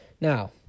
Now